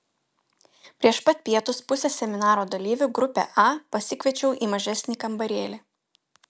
prieš pat pietus pusę seminaro dalyvių grupę a pasikviečiau į mažesnį kambarėlį